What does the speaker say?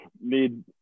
need